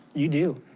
you do.